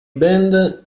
band